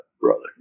brother